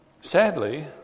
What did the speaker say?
Sadly